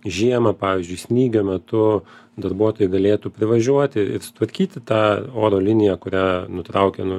žiemą pavyzdžiui snygio metu darbuotojai galėtų privažiuoti ir sutvarkyti tą oro liniją kurią nutraukė nu